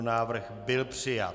Návrh byl přijat.